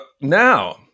now